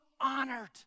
honored